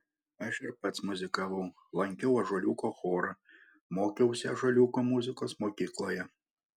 aš ir pats muzikavau lankiau ąžuoliuko chorą mokiausi ąžuoliuko muzikos mokykloje